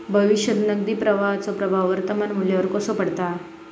भविष्यात नगदी प्रवाहाचो प्रभाव वर्तमान मुल्यावर कसो पडता?